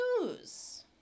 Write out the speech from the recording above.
news